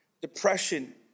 Depression